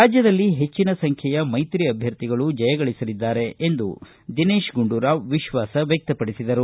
ರಾಜ್ಯದಲ್ಲಿ ಹೆಚ್ಚಿನ ಸಂಖ್ಯೆಯ ಮೈತ್ರಿ ಅಭ್ಯರ್ಥಿಗಳು ಜಯಗಳಿಸಲಿದ್ದಾರೆ ಎಂದು ವಿಶ್ವಾಸ ವ್ಯಕ್ತಪಡಿಸಿದರು